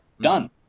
Done